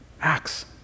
acts